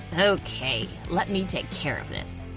okay, let me take care of this.